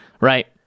Right